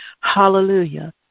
Hallelujah